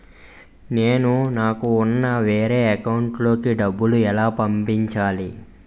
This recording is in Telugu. నేను నాకు ఉన్న వేరే అకౌంట్ లో కి డబ్బులు ఎలా పంపించాలి?